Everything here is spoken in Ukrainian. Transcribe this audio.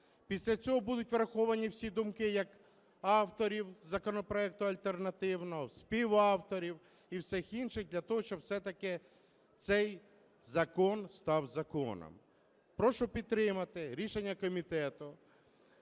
Після цього будуть враховані всі думки як авторів законопроекту альтернативного, співавторів і всіх інших для того, щоб все-таки цей закон став законом. Прошу підтримати рішення комітету